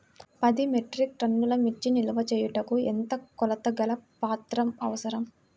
పది మెట్రిక్ టన్నుల మిర్చి నిల్వ చేయుటకు ఎంత కోలతగల ప్రాంతం అవసరం?